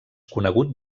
conegut